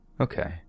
Okay